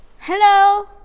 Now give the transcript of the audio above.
hello